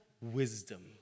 wisdom